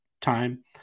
time